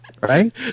right